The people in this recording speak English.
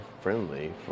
friendly